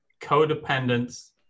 codependence